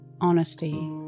Honesty